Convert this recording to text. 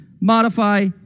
modify